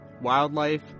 wildlife